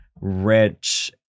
rich